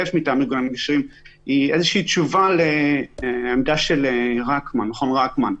תשובה לעמדה של מכון רקמן,